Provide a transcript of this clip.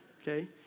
Okay